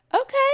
Okay